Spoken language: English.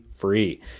Free